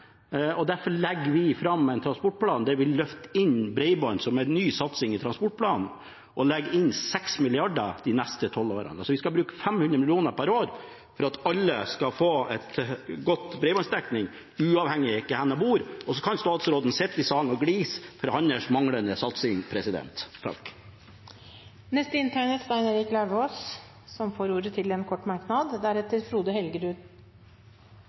og derfor legger vi fram en transportplan der vi løfter inn bredbånd som en ny satsing i transportplanen og legger inn 6 mrd. kr de neste 12 årene – vi skal bruke 500 mill. kr per år for at alle skal få en god bredbåndsdekning uavhengig av hvor de bor. Så kan statsråden sitte i salen og glise for sin manglende satsing. Representanten Stein Erik Lauvås har hatt ordet to ganger tidligere og får ordet til en kort merknad,